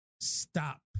stop